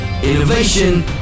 Innovation